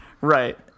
Right